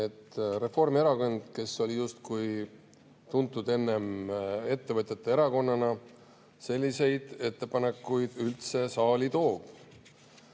Reformierakond, kes enne oli justkui tuntud kui ettevõtjate erakond, selliseid ettepanekuid üldse saali toob.